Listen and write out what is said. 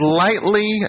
lightly